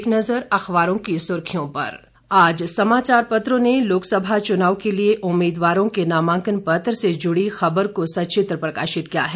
एक नजर अखबारों की सुर्खियों पर आज समाचार पत्रों ने लोकसभा चुनाव के लिए उम्मीदवारों के नामांकन पत्र से जुड़ी खबर को सचित्र प्रकाशित किया है